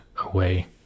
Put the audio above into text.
away